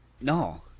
No